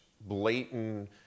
blatant